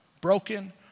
broken